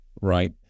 right